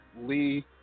Lee